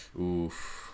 Oof